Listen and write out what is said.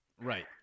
right